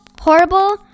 horrible